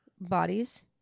bodies